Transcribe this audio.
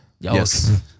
Yes